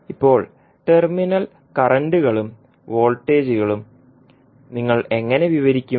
ഇപ്പോൾ ടെർമിനൽ കറന്റുകളും വോൾട്ടേജുകളും നിങ്ങൾ എങ്ങനെ വിവരിക്കും